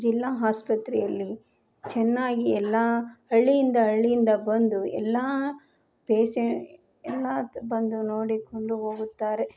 ಜಿಲ್ಲಾ ಆಸ್ಪತ್ರೆಯಲ್ಲಿ ಚೆನ್ನಾಗಿ ಎಲ್ಲ ಹಳ್ಳಿಯಿಂದ ಹಳ್ಳಿಯಿಂದ ಬಂದು ಎಲ್ಲ ಪೇಸೆ ಎಲ್ಲ ತ ಬಂದು ನೋಡಿಕೊಂಡು ಹೋಗುತ್ತಾರೆ